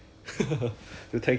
orh